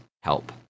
help